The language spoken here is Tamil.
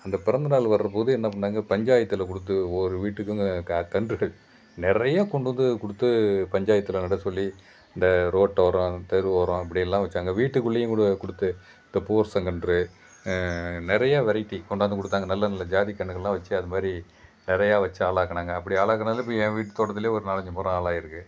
அந்த பிறந்தநாள் வரப்போது என்ன பண்ணாங்க பஞ்சாயத்தில் கொடுத்து ஒவ்வொரு வீட்டுக்கும் க கன்றுகள் நிறையா கொண்டு வந்து கொடுத்து பஞ்சாயத்தில் நட சொல்லி அந்த ரோட்டோரம் தெருவோரம் இப்படியெல்லாம் வச்சாங்க வீட்டுக்குள்ளேயும் கூட கொடுத்து இந்த பூவரசங்கன்று நிறைய வெரைட்டி கொண்டாந்து கொடுத்தாங்க நல்ல நல்ல ஜாதி கன்றுகள்லாம் வச்சு அதுமாதிரி நிறையா வச்சு ஆளாக்கினாங்க அப்படி ஆளாக்குனதில் இப்போ என் வீட்டு தோட்டத்தில் ஒரு நாலஞ்சு மரம் ஆளாகிருக்கு